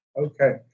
Okay